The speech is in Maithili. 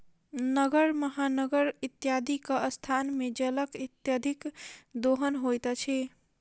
नगर, महानगर इत्यादिक स्थान मे जलक अत्यधिक दोहन होइत अछि